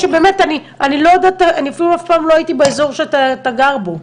אפילו לא הייתי אף פעם באזור שאתה גר בו,